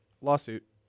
Lawsuit